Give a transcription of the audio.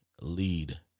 lead